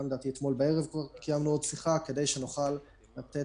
גם אתמול בערב קיימנו עוד שיחה כדי שנוכל לתת